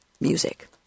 music